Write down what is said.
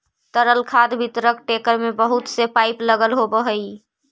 तरल खाद वितरक टेंकर में बहुत से पाइप लगल होवऽ हई